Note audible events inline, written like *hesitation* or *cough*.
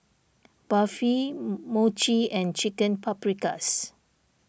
Barfi *hesitation* Mochi and Chicken Paprikas